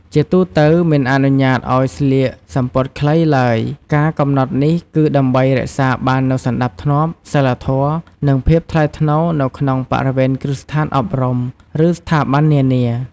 ជាទូទៅ មិនអនុញ្ញាតឱ្យស្លៀកសំពត់ខ្លីឡើយការកំណត់នេះគឺដើម្បីរក្សាបាននូវសណ្ដាប់ធ្នាប់ សីលធម៌ និងភាពថ្លៃថ្នូរនៅក្នុងបរិវេណគ្រឹះស្ថានអប់រំ ឬស្ថាប័ននានា។